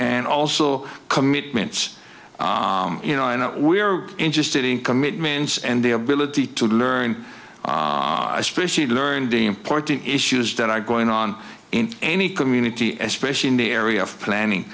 and also commitments you know i know we are interested in commitments and the ability to learn especially learned the important issues that are going on in any community as fresh in the area of planning